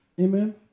Amen